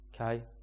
Okay